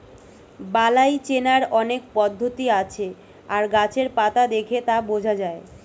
বালাই চেনার অনেক পদ্ধতি আছে আর গাছের পাতা দেখে তা বোঝা যায়